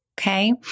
Okay